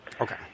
Okay